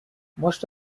most